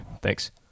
Thanks